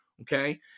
okay